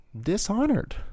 dishonored